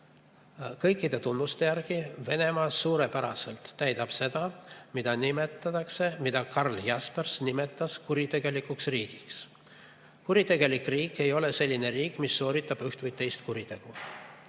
Kõikide tunnuste järgi Venemaa suurepäraselt vastab sellele, mida Karl Jaspers nimetas kuritegelikuks riigiks. Kuritegelik riik ei ole selline riik, mis sooritab üht või teist kuritegu.